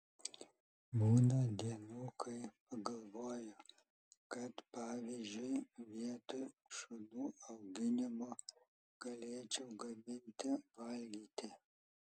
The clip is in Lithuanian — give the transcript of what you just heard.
būna dienų kai pagalvoju kad pavyzdžiui vietoj šunų auginimo galėčiau gaminti valgyti